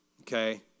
okay